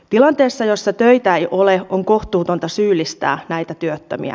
tilanteessa jossa töitä ei ole on kohtuutonta syyllistää näitä työttömiä